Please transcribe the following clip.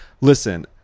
Listen